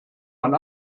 man